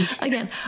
Again